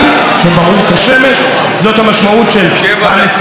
זאת המשמעות של הנסיגה לקווי 4 ביוני 1967,